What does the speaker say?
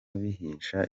bihesha